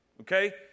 Okay